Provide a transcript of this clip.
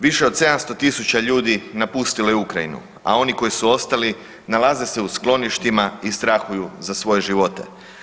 Više od 700.000 ljudi napustilo je Ukrajinu, a oni koji su ostali nalaze se u skloništima i strahuju za svoje živote.